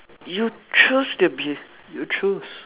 you choose to be you choose